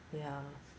ya